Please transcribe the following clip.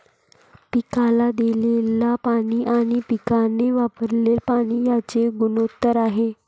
पिकाला दिलेले पाणी आणि पिकाने वापरलेले पाणी यांचे गुणोत्तर आहे